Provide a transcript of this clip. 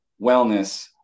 wellness